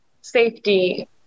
safety